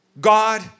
God